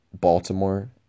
Baltimore